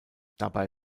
dabei